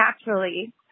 naturally